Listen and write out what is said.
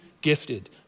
gifted